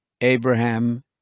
Abraham